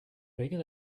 bigger